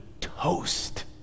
toast